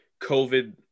COVID